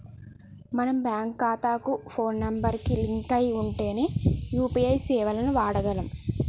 మన బ్యేంకు ఖాతాకి phone number కి లింక్ అయ్యి ఉంటేనే యూ.పీ.ఐ సేవలను వాడగలం